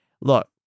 Look